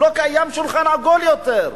לא קיים שולחן עגול יותר.